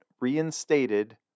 reinstated